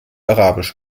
arabisch